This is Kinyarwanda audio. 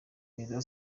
perezida